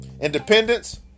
independence